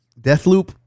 Deathloop